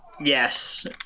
Yes